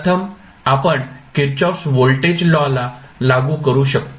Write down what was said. प्रथम आपण Kirchhoff's voltage law Kirchhoff's voltage law लागू करू शकतो